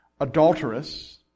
adulterous